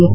F